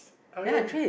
I mean